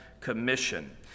commission